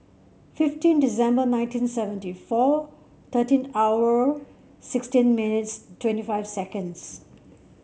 fifteen December nineteen seventy four thirteen hour sixteen minutes twenty five seconds